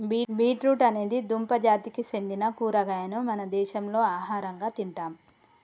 beet root అనేది దుంప జాతికి సెందిన కూరగాయను మన దేశంలో ఆహరంగా తింటాం